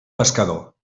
pescador